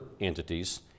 entities